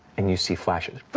and you see flashes.